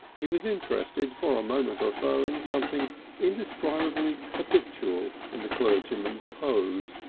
he was interested for a moment or so in something indescribably habitual in the clergyman's pose.